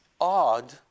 odd